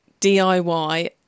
DIY